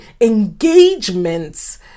engagements